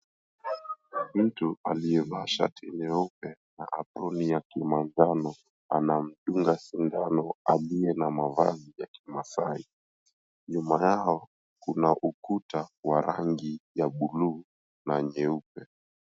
Mtu aliyevaa shati nyeupe na aproni ya kimanjano anamdunga sindano aliye na mavazi ya Kimaasai nyuma yao kuna ukuta wa rangi ya blu na jeupe.